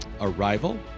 Arrival